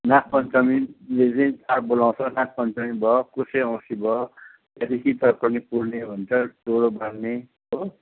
नागपञ्चमीदेखि चाहिँ चाड बोलाउँछ नागपञ्चमी भयो कुशे औँसी भयो त्यहाँदेखि पुर्णे भन्छ हो